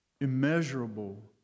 immeasurable